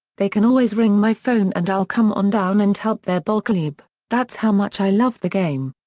they can always ring my phone and i'll come on down and help their ballclub, that's how much i love the game.